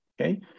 okay